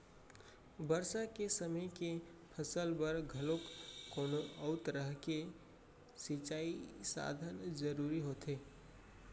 बरसा के समे के फसल बर घलोक कोनो अउ तरह के सिंचई साधन जरूरी होथे